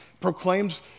proclaims